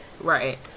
Right